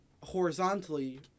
horizontally